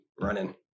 running